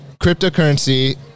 cryptocurrency